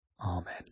Amen